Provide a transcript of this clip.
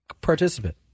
participant